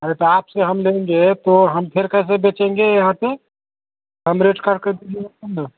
अरे तो आप से हम लेंगे तो हम फ़िर कैसे बेचेंगे यहाँ पर कम रेट करके दीजिएगा तब न